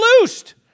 loosed